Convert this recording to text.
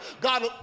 God